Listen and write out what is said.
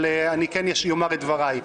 אבל כן אומר את דבריי.